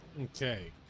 Okay